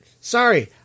Sorry